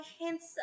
hints